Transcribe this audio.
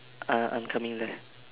ah I'm coming there